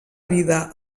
vida